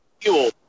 Fuel